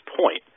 point